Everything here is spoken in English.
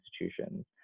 institutions